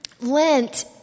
Lent